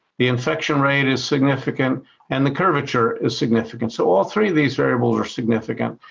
the infection rate is significant and the curvature is significant, so all three of these variables are significant.